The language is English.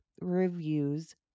reviews